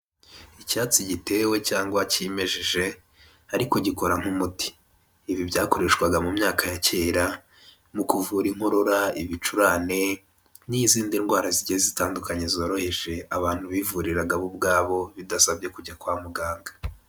Icyatsi gitewe cyangwa cyimejeje ariko gikora nk'umuti, ibi byakoreshwaga mu myaka ya kera mu kuvura inkorora, ibicurane n'izindi ndwara zigiye zitandukanye zoroheje abantu bivuriraga bo ubwabo bidasabye kujya kwa muganga.